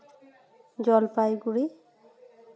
Jalpaiguri